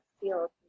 feel